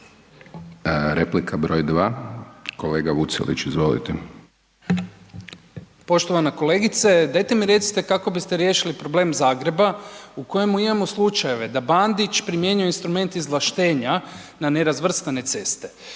Damjan (Živi zid)** Poštovana kolegice, dajte mi recite kako biste riješili problem Zagreba u kojemu imamo slučajeve da Bandić primjenjuje instrumente izvlaštenja na nerazvrstane ceste